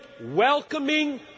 welcoming